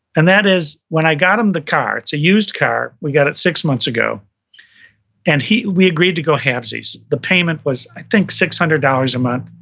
and that is when i got him the car. it's a used car. we got it six months ago and we agreed to go halfsies the payment was, i think six hundred dollars a month.